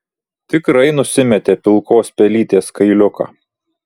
tikrai nusimetė pilkos pelytės kailiuką